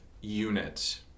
unit